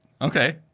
okay